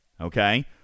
Okay